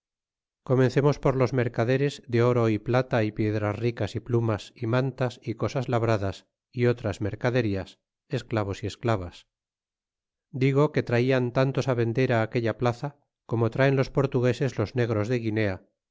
comencemos por los mercaderes de oro y plata y piedras ricas y plumas y mantas y cosas labradas y otras mercaderías esclavos y esclavas digo que traian tantos vender aquella gran plaza como traen los portugueses los negros de guinea